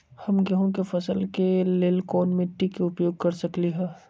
हम गेंहू के फसल के लेल कोन मिट्टी के उपयोग कर सकली ह?